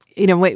you know what,